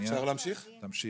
אני אלך